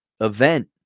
event